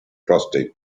prostate